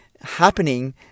happening